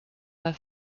her